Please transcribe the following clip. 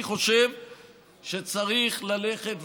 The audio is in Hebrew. אני חושב שצריך ללכת,